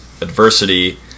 adversity